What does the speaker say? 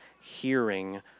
hearing